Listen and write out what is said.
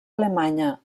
alemanya